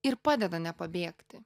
ir padeda nepabėgti